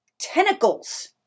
tentacles